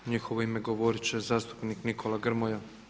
U njihovo ime govorit će zastupnik Nikola Grmoja.